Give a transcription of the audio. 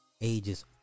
ages